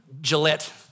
Gillette